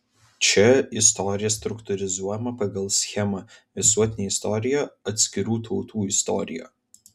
čia istorija struktūrizuojama pagal schemą visuotinė istorija atskirų tautų istorija